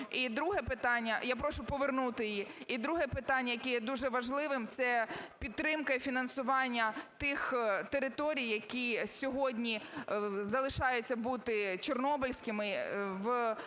друге питання, яке є дуже важливим – це підтримка і фінансування тих територій, які сьогодні залишаються бути чорнобильськими, в проекті